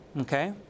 Okay